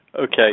Okay